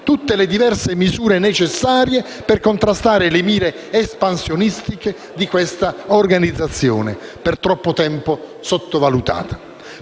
tutte le diverse misure necessarie per contrastare le mire espansionistiche di questa organizzazione, per troppo tempo sottovalutata.